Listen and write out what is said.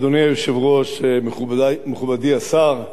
אדוני היושב-ראש, מכובדי השר,